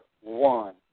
one